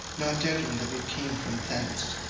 not doubting that it came from thence.